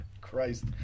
Christ